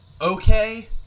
okay